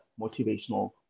motivational